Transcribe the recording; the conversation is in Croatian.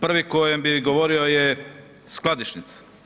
Prvi kojem bi govorio je skladišnici.